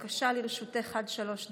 בבקשה, לרשותך עד שלוש דקות.